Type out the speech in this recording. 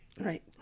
right